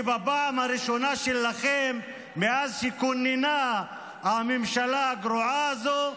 שבפעם הראשונה שלכם מאז שכוננה הממשלה הגרועה הזו,